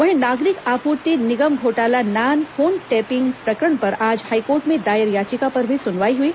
वहीं नागरिक आपूर्ति निगम घोटाला नान फोन टेपिंग प्रकरण पर आज हाईकोर्ट में दायर याचिका पर भी सुनवाई हुई